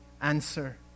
Answer